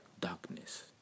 darkness